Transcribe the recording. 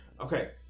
okay